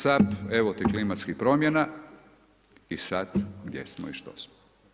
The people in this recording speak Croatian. Cap, evo ti klimatskih promjena i sad gdje smo i što smo.